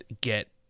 get